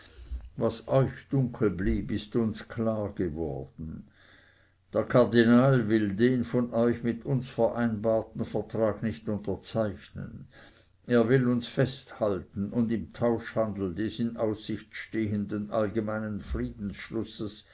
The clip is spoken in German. was euch dunkel blieb ist uns klargeworden der kardinal will den von euch mit uns vereinbarten vertrag nicht unterzeichnen er will uns festhalten und im tauschhandel des in aussicht stehenden allgemeinen friedensschlusses